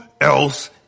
else